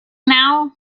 now